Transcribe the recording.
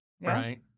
right